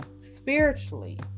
spiritually